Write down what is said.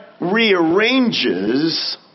rearranges